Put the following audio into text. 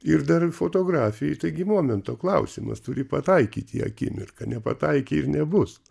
ir dar fotografijai taigi momento klausimas turi pataikyt į akimirką nepataikei ir nebus